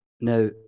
Now